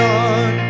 on